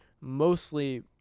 mostly